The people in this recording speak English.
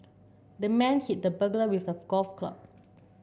the man hit the burglar with a golf club